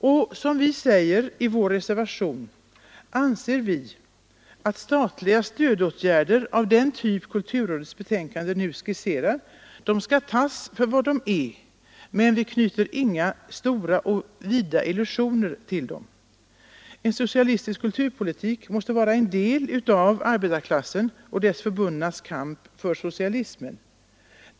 Såsom vi säger i vår reservation anser vi att statliga stödåtgärder av den typ som kulturrådets betänkande nu skisserat skall tas för vad de är, men vi knyter inga stora och vida illusioner till dem. En socialistisk kulturpolitik måste vara en del av arbetarklassens och dess förbundnas kamp för socialismen.